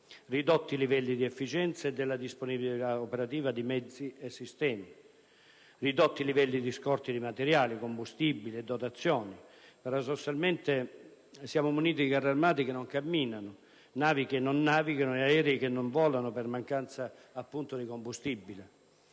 ridotti livelli di efficienza e della disponibilità operativa di mezzi e sistemi; ridotti livelli di scorte di materiali, combustibili e dotazioni (paradossalmente siamo muniti di carri armati che non camminano, navi che non navigano e aerei che non volano per mancanza di combustibile);